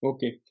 Okay